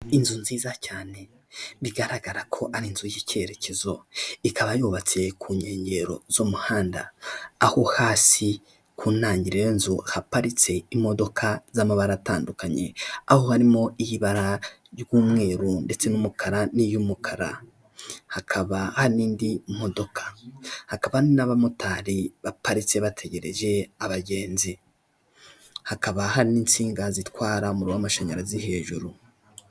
Inzu nziza cyane, bigaragara ko ari inzu y'icyerekezo, ikaba yubatse ku nkengero z'umuhanda, aho hasi ku ntangiriro y'inzu haparitse imodoka z'amabara atandukanye, aho harimo iy'ibara ry'umweru ndetse n'umukara n'iy'umukara, hakaba hari indi modoka, hakaba n'abamotari baparitse bategereje abagenzi, hakaba hari n'insinga zitwara umuriro w'amashanyarazi hejuru.